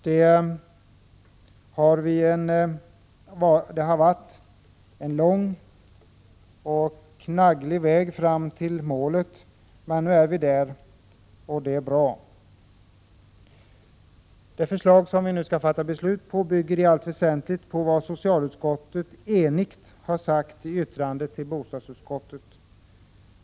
Det har varit en lång och knagglig väg fram till målet, men nu är vi där. Det är bra. Det förslag som vi nu skall fatta beslut om bygger i allt väsentligt på vad socialutskottet enigt har uttalat i sitt yttrande till bostadsutskottet.